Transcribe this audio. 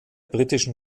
britischen